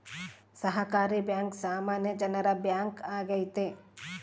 ಸಹಕಾರಿ ಬ್ಯಾಂಕ್ ಸಾಮಾನ್ಯ ಜನರ ಬ್ಯಾಂಕ್ ಆಗೈತೆ